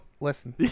Listen